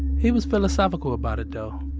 he was philosophical about it, though,